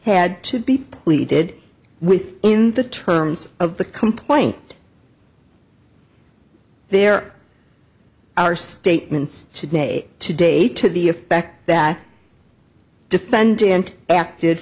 had to be pleaded with in the terms of the complaint there are statements today today to the effect that defendant act